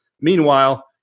Meanwhile